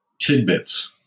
tidbits